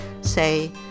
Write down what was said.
say